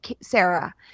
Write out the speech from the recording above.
Sarah